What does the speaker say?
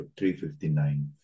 359